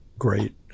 Great